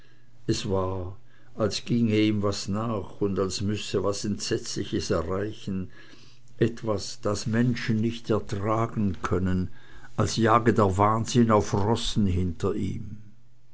es war als ginge ihm was nach und als müsse ihn was entsetzliches erreichen etwas das menschen nicht ertragen können als jage der wahnsinn auf rossen hinter ihm